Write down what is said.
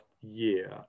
year